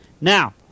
Now